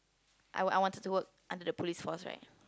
I I wanted to work under the Police Force right